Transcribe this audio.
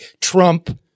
Trump